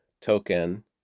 Token